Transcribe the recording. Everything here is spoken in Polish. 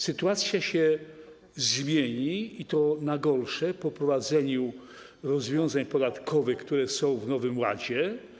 Sytuacja się zmieni, i to na gorsze, po wprowadzeniu rozwiązań podatkowych, które są w Polskim Ładzie.